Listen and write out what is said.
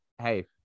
Hey